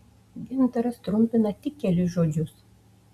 gintaras trumpina tik kelis žodžius